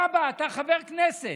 סבא, אתה חבר כנסת,